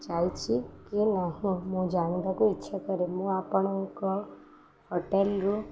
ଯାଇଛି କି ନାହିଁ ମୁଁ ଜାଣିବାକୁ ଇଚ୍ଛା କରେ ମୁଁ ଆପଣଙ୍କ ହୋଟେଲ୍ରୁ